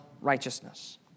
righteousness